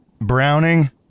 Browning